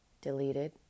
deleted